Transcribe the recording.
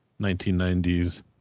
1990s